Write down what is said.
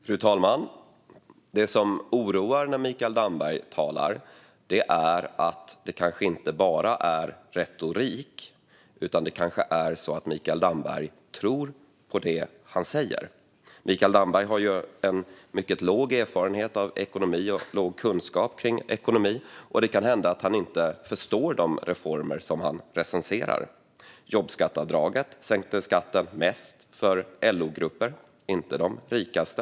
Fru talman! Det som oroar när Mikael Damberg talar är att det kanske inte bara är retorik utan att Mikael Damberg kanske tror på det han säger. Mikael Damberg har ju en mycket liten erfarenhet av och låg kunskap om ekonomi, och det kan hända att han inte förstår de reformer som han recenserar. Jobbskatteavdraget sänkte skatten mest för LO-grupper och inte för de rikaste.